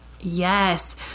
Yes